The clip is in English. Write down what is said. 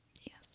Yes